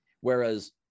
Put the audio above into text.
whereas